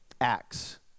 Acts